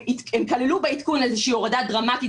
הם כללו בעדכון איזושהי הורדה דרמטית